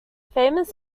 famous